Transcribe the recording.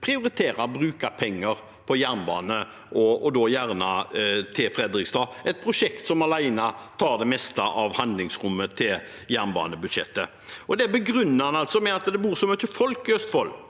prioritere å bruke penger på jernbane, og da gjerne til Fredrikstad, et prosjekt som alene tar det meste av handlingsrommet til jernbanebudsjettet. Det begrunner han med at det bor så mye folk i Østfold,